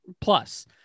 Plus